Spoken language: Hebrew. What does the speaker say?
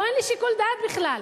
פה אין לי שיקול דעת בכלל.